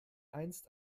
einst